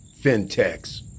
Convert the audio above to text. Fintechs